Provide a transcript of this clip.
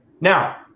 Now